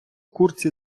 курці